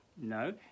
No